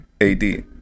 AD